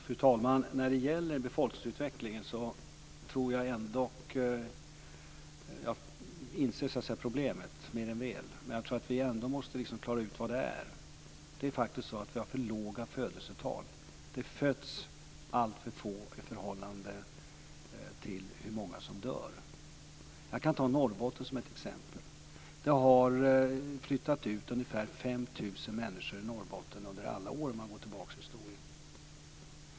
Fru talman! Jag inser mer än väl problemet med befolkningsutvecklingen, men jag tror att vi ändå måste klara ut vad det är. Det är faktiskt så att vi har för låga födelsetal. Det föds alltför få i förhållande till hur många som dör. Jag kan ta Norrbotten som exempel. Det har flyttat ut ungefär 5 000 människor från Norrbotten under alla år, om man går tillbaka i historien.